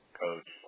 coach